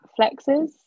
flexes